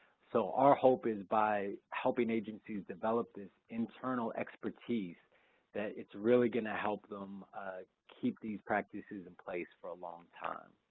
so our hope is by helping agencies develop this internal expertise that it's really gonna help them keep these practices in place for a long time.